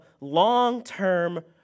long-term